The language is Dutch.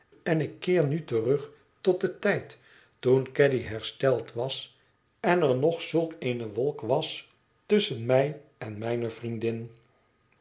en ik keer nu terug tot den tijd toen caddy hersteld was en er nog zulk eene wolk was tusschen mij en mijne vriendin